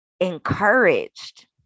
encouraged